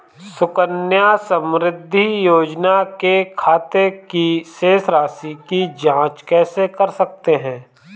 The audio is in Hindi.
सुकन्या समृद्धि योजना के खाते की शेष राशि की जाँच कैसे कर सकते हैं?